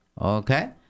okay